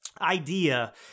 idea